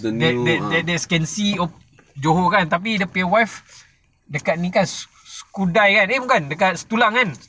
they they they can see op~ johor kan tapi dia punya wife dekat ni kan skudai kan eh bukan dekat setulang kan